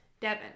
Devin